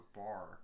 bar